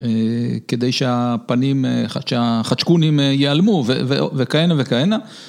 כדי שהפנים, שהחצ'קונים ייעלמו וכהנה וכהנה.